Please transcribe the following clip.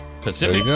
Pacific